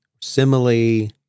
simile